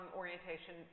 orientation